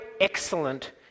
excellent